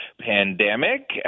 pandemic